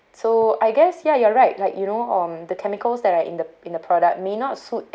so I guess ya you're right like you know on the chemicals that are in the in the product may not suit